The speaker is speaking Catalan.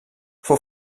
fou